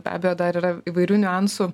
be abejo dar yra įvairių niuansų